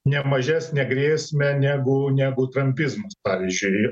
ne mažesnę grėsmę negu negu trampizmas pavyzdžiui